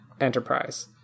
Enterprise